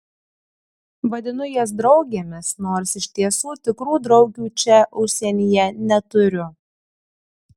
vadinu jas draugėmis nors iš tiesų tikrų draugių čia užsienyje neturiu